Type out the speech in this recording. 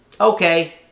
okay